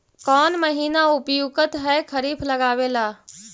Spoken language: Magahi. कौन महीना उपयुकत है खरिफ लगावे ला?